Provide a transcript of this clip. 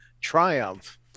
Triumph